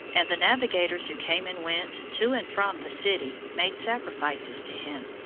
and the navigators who came and went to and from the city made sacrifices to him,